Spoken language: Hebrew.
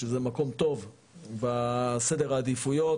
שזה מקום טוב בסדר העדיפויות,